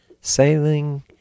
sailing